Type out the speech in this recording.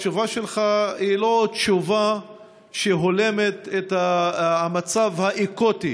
התשובה שלך היא לא תשובה שהולמת את המצב האקוטי